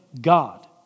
God